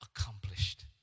accomplished